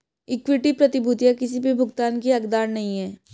equity प्रतिभूतियां किसी भी भुगतान की हकदार नहीं हैं